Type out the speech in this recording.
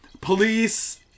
police